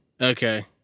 Okay